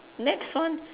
next one